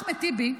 אחמד טיבי,